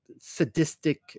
sadistic